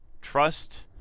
trust